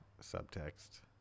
subtext